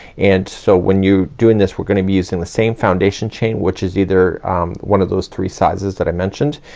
and so when you doing this, we're gonna be using the same foundation chain, which is either um one of those three sizes that i mentioned.